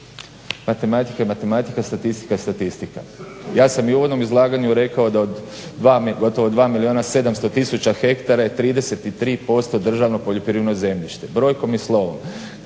matematika je matematika, statistika je statistika. Ja sam i u uvodnom izlaganju rekao da od gotovo od 2 700 000 hektara je 33% državnog poljoprivrednog zemljište, brojkom i slovom.